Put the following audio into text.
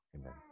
amen